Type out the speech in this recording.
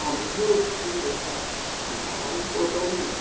um there's no single best design for buildings.